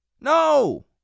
No